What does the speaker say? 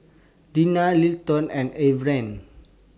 Reyna Littleton and Everett